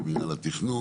ומנהל מינהל התכנון,